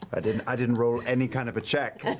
i didn't i didn't roll any kind of a check,